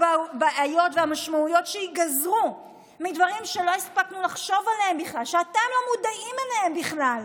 הבעיות והמשמעויות שייגזרו מדברים שלא הספקנו לחשוב עליהם בכלל,